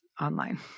online